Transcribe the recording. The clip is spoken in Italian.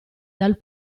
dal